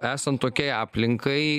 esant tokiai aplinkai